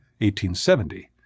1870